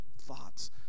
thoughts